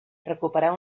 recuperar